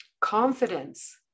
confidence